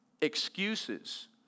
excuses